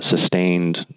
sustained